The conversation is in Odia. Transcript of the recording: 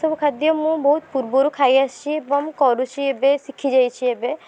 ଏହି ସବୁ ଖାଦ୍ୟ ମୁଁ ବହୁତ ପୂର୍ବରୁ ଖାଇ ଆସିଛି ଏବଂ ମୁଁ କରୁଛି ଏବେ ଶିଖି ଯାଇଛି ଏବେ